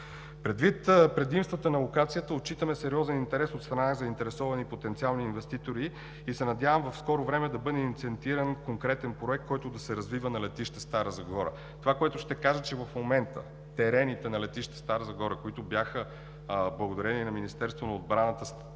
Предвид предимствата на локацията отчитаме сериозен интерес от страна на заинтересовани потенциални инвеститори и се надявам в скоро време да бъде иницииран конкретен проект, който да се развива на летище Стара Загора. Терените на летище Стара Загора, благодарение на Министерството на отбраната, са